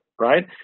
right